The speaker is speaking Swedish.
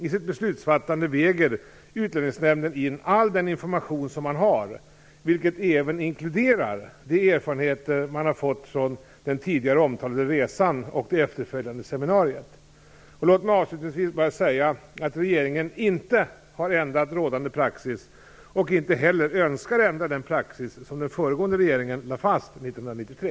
I sitt beslutsfattande väger Utlänningsnämnden in all den information som man har, vilket även inkluderar de erfarenheter man fått från den tidigare omtalade resan och det efterföljande seminariet. Låt mig avslutningsvis bara säga att regeringen inte har ändrat rådande praxis och inte heller önskar ändra den praxis som den föregående regeringen lade fast 1993.